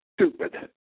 stupid